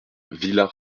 villar